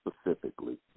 specifically